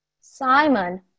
Simon